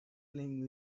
playing